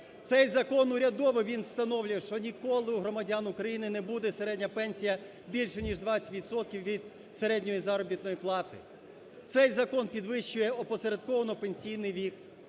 Цей закон, урядовий, він встановлює, що ніколи у громадян України не буде середня пенсія більше ніж 20 відсотків від середньої заробітної плати. Цей закон підвищує опосередковано пенсійний вік.